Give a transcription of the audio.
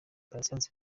patient